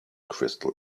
crystal